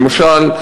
למשל,